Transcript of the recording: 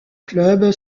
club